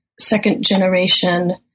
second-generation